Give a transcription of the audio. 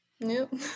Nope